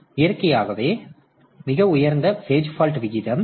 எனவே இயற்கையாகவே இது மிக உயர்ந்த பேஜ் பால்ட் விகிதம்